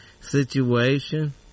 situation